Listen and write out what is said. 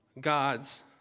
gods